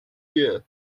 year